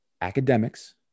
academics